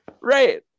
Right